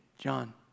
John